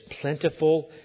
plentiful